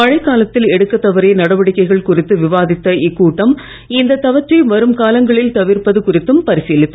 மழைக் காலத்தில் எடுக்க தவறிய நடவடிக்கைகள் குறித்த விவாதித்த இக்கூட்டம் இந்த தவற்றை வரும் காலங்களில் தவிர்ப்பது குறித்தும் பரிசீலித்து